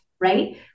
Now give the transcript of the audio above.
right